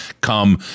come